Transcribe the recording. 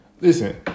listen